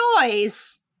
noise